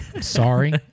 sorry